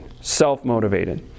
Self-motivated